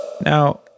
Now